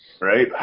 right